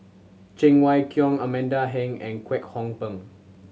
Cheng Wai Keung Amanda Heng and Kwek Hong Png